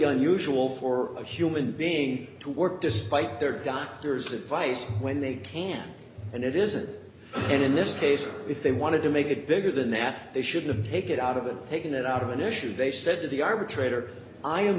unusual for a human being to work despite their doctor's advice when they can and it isn't and in this case if they wanted to make it bigger than that they shouldn't take it out of it taking it out of an issue they said to the arbitrator i am